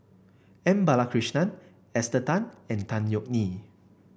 M Balakrishnan Esther Tan and Tan Yeok Nee